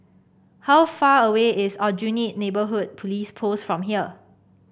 how far away is Aljunied Neighbourhood Police Post from here